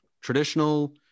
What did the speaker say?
traditional